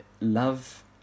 love